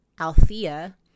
Althea